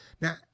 Now